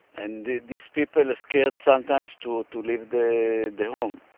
and these people are scared sometimes to ah to leave the the home.